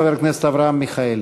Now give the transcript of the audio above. חבר הכנסת אברהם מיכאלי.